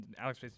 Alex